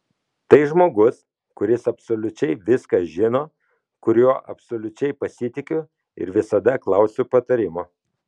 tai žmogus kuris absoliučiai viską žino kuriuo absoliučiai pasitikiu ir visada klausiu patarimo